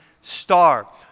star